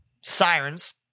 Sirens